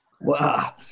Wow